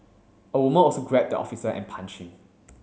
a woman also grabbed the officer and punched him